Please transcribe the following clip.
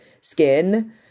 skin